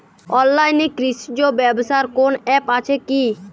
অনলাইনে কৃষিজ ব্যবসার কোন আ্যপ আছে কি?